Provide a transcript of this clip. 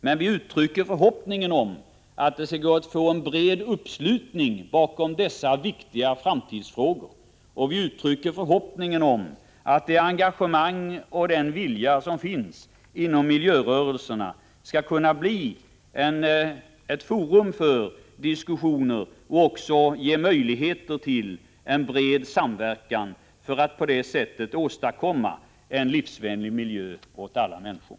Men vi uttrycker som sagt förhoppningen att det skall gå att få en bred uppslutning bakom dessa viktiga framtidsfrågor och att det engagemang och den vilja som finns inom miljörörelserna skall kunna skapa ett forum för diskussioner och även ge möjligheter till en bred samverkan, för att på det sättet åstadkomma en livsvänlig miljö för alla människor.